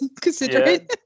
considering